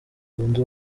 zunze